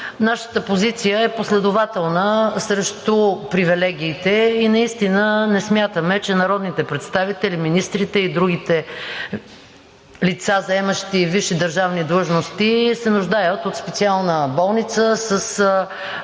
Нашата позиция е последователна срещу привилегиите и наистина не смятаме, че народните представители, министрите и другите лица, заемащи висши държавни длъжности, се нуждаят от специална болница, със